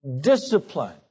Discipline